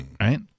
Right